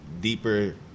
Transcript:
Deeper